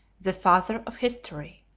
the father of history.